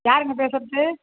யாருங்க பேசறது